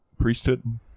priesthood